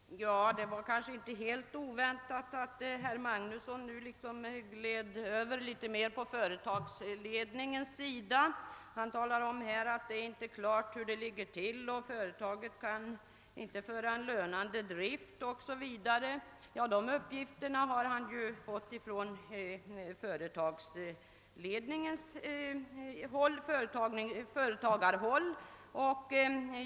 Herr talman! Det var kanske inte helt oväntat att herr Magnusson i Borås skulle glida över på företagsledningens sida. Han talade om att det inte är klart hur det ligger till, att företaget inte kan upprätthålla en lönande drift o.s.v. Dessa uppgifter har han fått från företagarhåll.